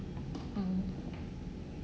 mm